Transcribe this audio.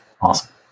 Awesome